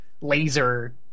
laser